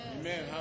Amen